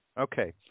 okay